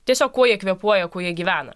tiesiog kuo jie kvėpuoja kuo jie gyvena